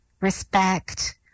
respect